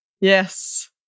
Yes